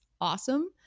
awesome